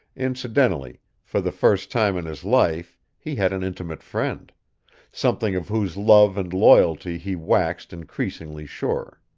incidentally, for the first time in his life, he had an intimate friend something of whose love and loyalty he waxed increasingly sure.